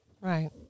Right